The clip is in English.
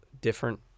different